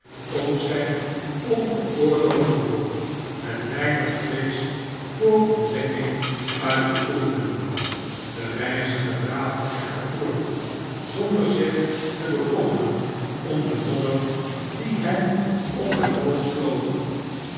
om zijn ongeoorloofd beroep met weinig vrees voor ontdekking uit te oefenen de reiziger draafde echter voort zonder zich te bekommeren om den modder die hem om het hoofd vloog